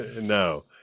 No